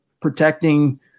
protecting